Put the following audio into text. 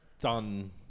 done